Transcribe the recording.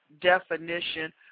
definition